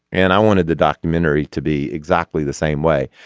and i wanted the documentary to be exactly the same way.